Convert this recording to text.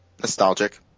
Nostalgic